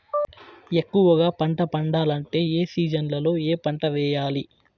ఎక్కువగా పంట పండాలంటే ఏ సీజన్లలో ఏ పంట వేయాలి